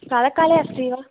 कालकाले अस्ति वा